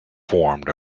formed